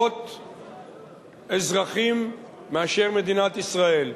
רבות-אזרחים מאשר מדינת ישראל,